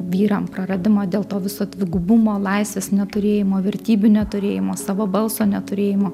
vyram praradimą dėl to viso dvigubumo laisvės neturėjimo vertybių neturėjimo savo balso neturėjimo